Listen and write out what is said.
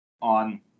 on